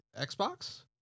Xbox